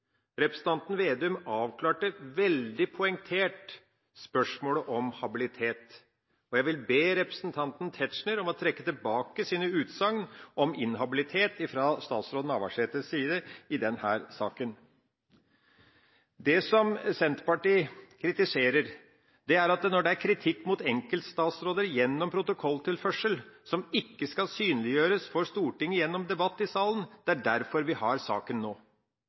Representanten Vedum avklarte veldig poengtert spørsmålet om habilitet, og jeg vil be representanten Tetzschner om å trekke tilbake sine utsagn om inhabilitet fra statsråd Navarsetes side i denne saken. Det Senterpartiet kritiserer, er kritikk mot enkeltstatsråder gjennom protokolltilførsel, som ikke skal synliggjøres for Stortinget gjennom debatt i salen – det er derfor vi har saken til behandling nå.